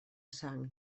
sang